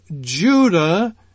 Judah